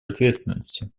ответственностью